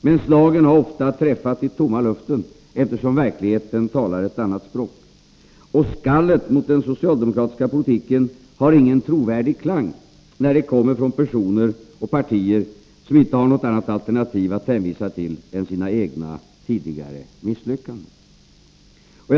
Men slagen har ofta träffat i tomma luften, eftersom verkligheten talar ett annat språk. Och skallet mot den socialdemokratiska politiken har ingen trovärdig klang när det kommer från personer och partier som inte har något annat alternativ att hänvisa till än sina egna tidigare misslyckanden. Fru talman!